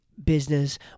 Business